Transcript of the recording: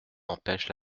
empêche